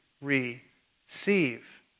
receive